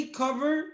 cover